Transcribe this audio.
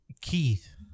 Keith